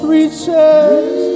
reaches